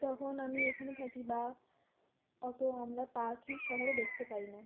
তখন আমি এখানে থাকি বা অত আমরা পাখি শহরে দেখতে পাই না